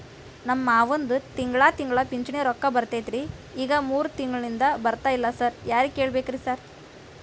ನಮ್ ಮಾವಂದು ತಿಂಗಳಾ ತಿಂಗಳಾ ಪಿಂಚಿಣಿ ರೊಕ್ಕ ಬರ್ತಿತ್ರಿ ಈಗ ಮೂರ್ ತಿಂಗ್ಳನಿಂದ ಬರ್ತಾ ಇಲ್ಲ ಸಾರ್ ಯಾರಿಗ್ ಕೇಳ್ಬೇಕ್ರಿ ಸಾರ್?